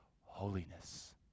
holiness